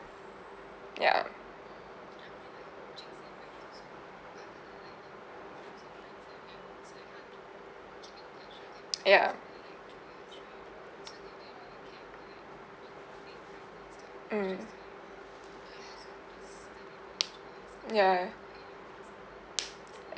ya uh ya mm mm ya